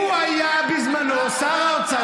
הוא היה בזמנו שר האוצר,